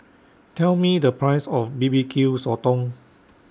Tell Me The Price of B B Q Sotong